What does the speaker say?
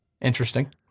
interesting